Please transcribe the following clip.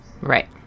right